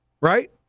right